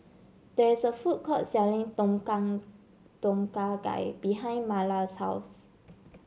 there is a food court selling Tom Tom Kha Gai behind Marla's house